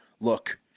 look